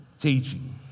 teaching